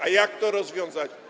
A jak to rozwiązać?